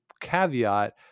caveat